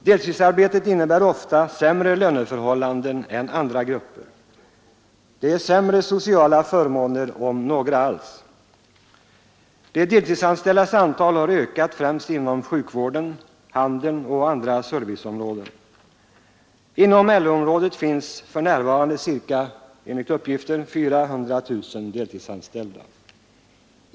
Deltidsarbetarna får ofta sämre löneförhållanden än andra grupper och färre sociala förmåner — om några alls, De deltidsanställdas antal har ökat, främst inom sjukvården, handeln och andra serviceyrken. Inom LO-området finns enligt uppgift för närvarande ca 400 000 deltidsarbetande.